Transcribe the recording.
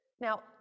now